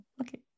okay